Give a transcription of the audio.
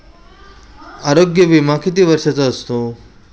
आरोग्य विमा किती वर्षांसाठी असतो?